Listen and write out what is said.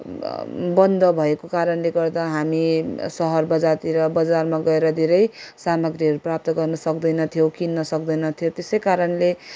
बन्द भएको कारणले गर्दा हामी सहर बजारतिर बजारमा गएर धेरै सामग्रीहरू प्राप्त गर्न सक्दैन थियो किन्न सक्दैन थियो त्यसै कारणले